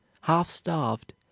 half-starved